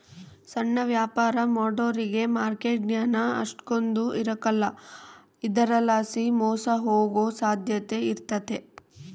ಸಣ್ಣ ವ್ಯಾಪಾರ ಮಾಡೋರಿಗೆ ಮಾರ್ಕೆಟ್ ಜ್ಞಾನ ಅಷ್ಟಕೊಂದ್ ಇರಕಲ್ಲ ಇದರಲಾಸಿ ಮೋಸ ಹೋಗೋ ಸಾಧ್ಯತೆ ಇರ್ತತೆ